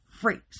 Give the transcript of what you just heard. freaks